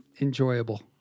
enjoyable